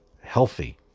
healthy